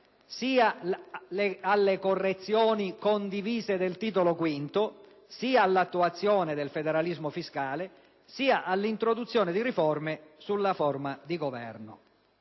sia alle correzioni condivise del Titolo V, sia all'attuazione del federalismo fiscale, sia all'introduzione di riforme sulla forma di governo.